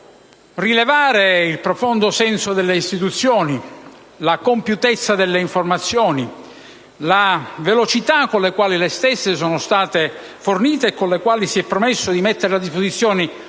rilevare è il profondo senso delle istituzioni, la compiutezza delle informazioni, la velocità con la quale le stesse sono state fornite e con la quale si è promesso di metterle a disposizione